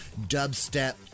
dubstep